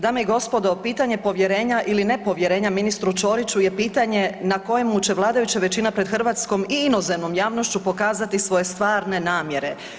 Dame i gospodo, pitanje povjerenja ili nepovjerenja ministru Ćoriću je pitanje na kojemu će vladajuća većina pred hrvatskom i inozemnom javnošću pokazati svoje stvarne namjere.